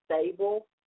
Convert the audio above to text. stable